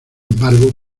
embargo